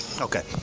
Okay